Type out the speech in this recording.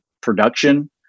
production